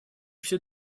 все